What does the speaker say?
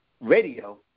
radio